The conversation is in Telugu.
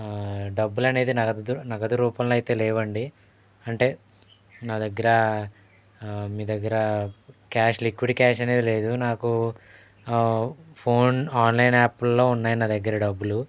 డబ్బులు అనేది నగదు నగదు రూపంలో అయితే లేవండి అంటే నా దగ్గర మీ దగ్గర క్యాష్ లిక్విడ్ క్యాష్ అనేది లేదు నాకు ఫోన్ ఆన్లైన్ ఆప్ల్లో ఉన్నాయి నా దగ్గర డబ్బులు